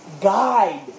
guide